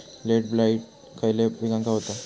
Late blight खयले पिकांका होता?